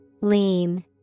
Lean